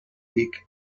peak